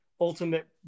ultimate